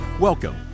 Welcome